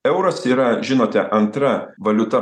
euras yra žinote antra valiuta